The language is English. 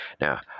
Now